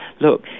look